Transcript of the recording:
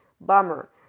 bummer